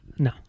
No